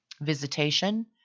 Visitation